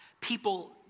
people